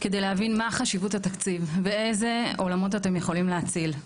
כדי להבין מה חשיבות התקציב ואיזה עולמות אתם יכולים להציל.